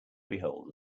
behold